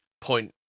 Point